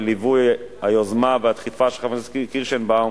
בליווי היוזמה והדחיפה של חברת הכנסת קירשנבאום,